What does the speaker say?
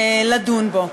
לדון בו.